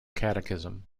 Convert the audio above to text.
catechism